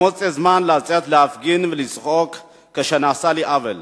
גם מוצא זמן לצאת להפגין ולזעוק כאשר נעשה לי עוול,